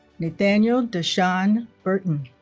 nathaniel dashawn burton